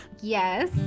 Yes